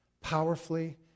powerfully